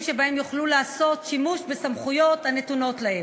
שבהם יוכלו לעשות שימוש בסמכויות הנתונות להם.